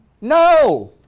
no